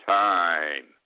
time